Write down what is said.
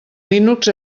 linux